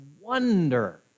wonder